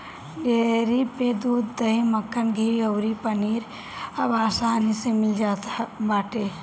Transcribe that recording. dairy पे दूध, दही, मक्खन, घीव अउरी पनीर अब आसानी में मिल जात बाटे